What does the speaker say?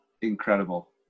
incredible